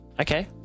Okay